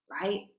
right